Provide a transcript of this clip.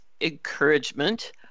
encouragement